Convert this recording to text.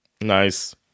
Nice